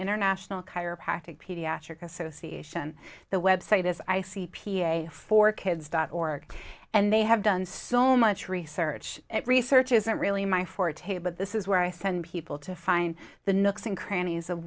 international chiropractic pediatric association the website is i c p a for kids dot org and they have done so much research research isn't really my forte but this is where i send people to find the next and crannies of